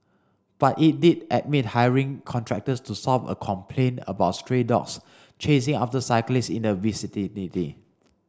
but it did admit hiring contractors to solve a complaint about stray dogs chasing after cyclists in the